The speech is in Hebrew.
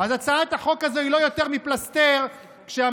אז הצעת החוק הזו היא לא יותר מפלסטר כשהממשלה